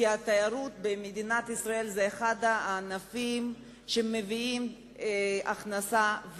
כי התיירות במדינת ישראל היא אחד הענפים המביאים הכנסה.